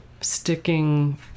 sticking